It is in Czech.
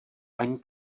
ani